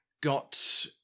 got